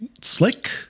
Slick